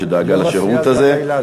שדאגה לשירות הזה.